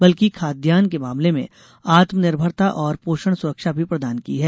बल्कि खाद्यान के मामले में आत्मनिर्भरता और पोषण सुरक्षा भी प्रदान की है